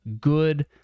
good